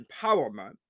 empowerment